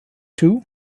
two